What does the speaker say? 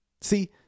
See